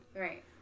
Right